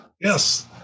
Yes